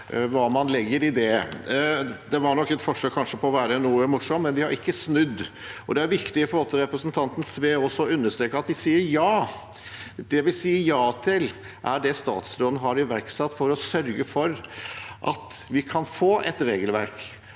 Det var nok kanskje et forsøk på å være litt morsom. Vi har ikke snudd, og det er viktig, også med tanke på representanten Sve, å understreke at vi sier ja. Det vi sier ja til, er det statsråden har iverksatt for å sørge for at vi kan få et regelverk,